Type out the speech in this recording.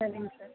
சரிங்க சார்